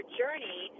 journey